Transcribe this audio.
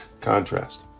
contrast